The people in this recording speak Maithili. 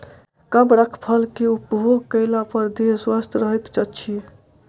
कमरख फल के उपभोग कएला पर देह स्वस्थ रहैत अछि